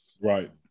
Right